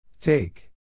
Take